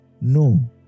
no